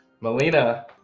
Melina